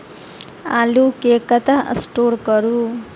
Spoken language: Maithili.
आलु केँ कतह स्टोर करू?